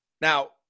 Now